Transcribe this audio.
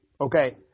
Okay